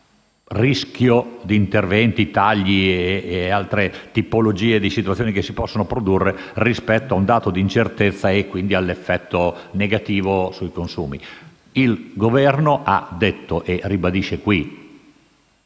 rischio di intervento attraverso tagli e altre tipologie di situazioni che si possono produrre, come dato d'incertezza e con effetti negativi sui consumi. Il Governo ha detto e ribadisce qui